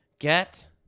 Get